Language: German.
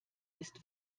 ist